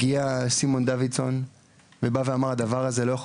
הגיע סימון דוידסון ובא ואמר שהדבר הזה לא יכול